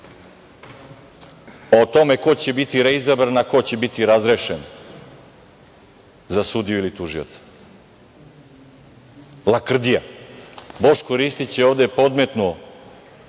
o tome ko će biti reizabran, a ko će biti razrešen za sudiju ili tužioca. Lakrdija. Boško Ristić je ovde podmetnuo